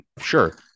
sure